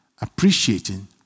appreciating